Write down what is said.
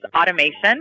Automation